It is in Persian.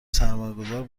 سرمایهگذار